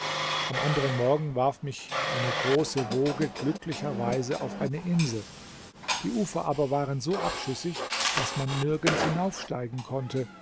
am anderen morgen warf mich eine große woge glücklicherweise auf eine insel die ufer aber waren so abschüssig daß man nirgends hinaufsteigen konnte